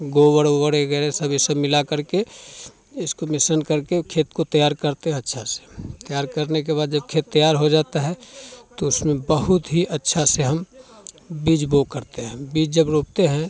गोबर ओबर वगैरह सब ये सब मिलाकर के इसको मिश्रण करके खेत को तैयार करते हैं अच्छा से तैयार करने के बाद जब खेत तैयार हो जाता है तो उसमें बहुत ही अच्छा से हम बीज बो करते हैं बीज जब रोपते हैं